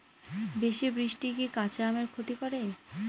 বেশি বৃষ্টি কি কাঁচা আমের ক্ষতি করে?